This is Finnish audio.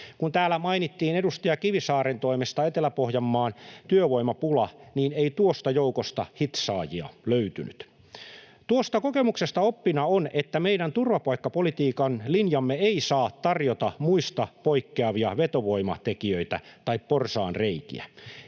Kun täällä mainittiin edustaja Kivisaaren toimesta Etelä-Pohjanmaan työvoimapula, niin ei tuosta joukosta hitsaajia löytynyt. Tuosta kokemuksesta oppina on, että meidän turvapaikkapolitiikan linjamme ei saa tarjota muista poikkeavia vetovoimatekijöitä tai porsaanreikiä.